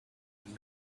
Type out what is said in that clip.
and